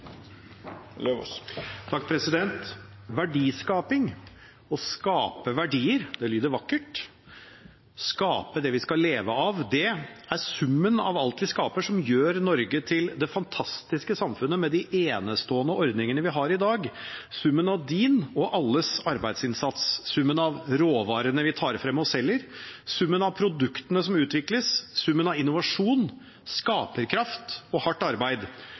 Verdiskaping, å skape verdier, det lyder vakkert – skape det vi skal leve av. Det er summen av alt vi skaper, som gjør Norge til det fantastiske samfunnet med de enestående ordningene vi har i dag – summen av din og alles arbeidsinnsats, summen av råvarene vi tar frem og selger, summen av produktene som utvikles, summen av innovasjon, skaperkraft og hardt arbeid.